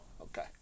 okay